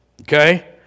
Okay